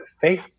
faith